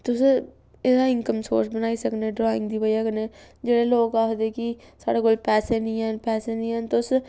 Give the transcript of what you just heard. तुस एह्दा income source बनाई सकनें ड्राइंग दी ब'जा कन्नै जेह्ड़े लोग आखदे कि साढ़े कोल पैसे निं हैन पैसे निं हैन तुस